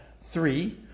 three